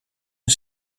een